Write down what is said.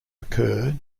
occur